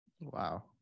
Wow